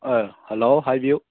ꯑꯧ ꯍꯜꯂꯣ ꯍꯥꯏꯕꯤꯌꯨ